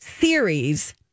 series